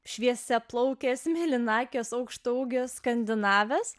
šviesiaplaukės mėlynakės aukštaūgio skandinavės